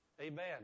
Amen